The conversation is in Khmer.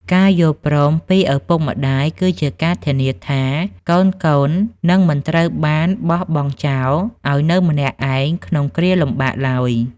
ការយល់ព្រមពីឪពុកម្ដាយគឺជាការធានាថា កូនៗនឹងមិនត្រូវបានបោះបង់ចោលឱ្យនៅម្នាក់ឯងក្នុងគ្រាលំបាកឡើយ។